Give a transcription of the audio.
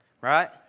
right